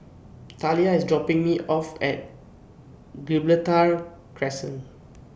Talia IS dropping Me off At Gibraltar Crescent